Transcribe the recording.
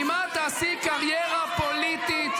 והרי ממה תעשי קריירה פוליטית?